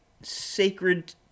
sacred